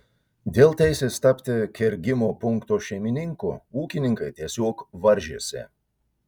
dėl teisės tapti kergimo punkto šeimininku ūkininkai tiesiog varžėsi